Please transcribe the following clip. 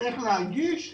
איך להגיש,